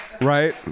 Right